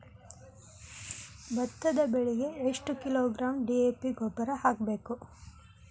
ಭತ್ತದ ಬೆಳಿಗೆ ಎಷ್ಟ ಕಿಲೋಗ್ರಾಂ ಡಿ.ಎ.ಪಿ ಗೊಬ್ಬರ ಹಾಕ್ಬೇಕ?